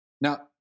Now